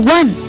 one